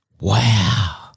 Wow